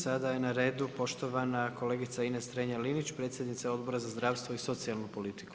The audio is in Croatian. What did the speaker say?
Sada je na redu poštovana kolegica Ines Strenja-Linić, predsjednica Odbora za zdravstvo i socijalnu politiku.